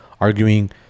arguing